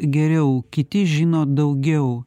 geriau kiti žino daugiau